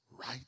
right